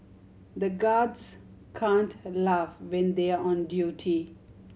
the guards can't laugh when they are on duty